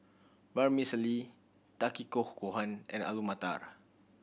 Vermicelli Takikomi Gohan and Alu Matar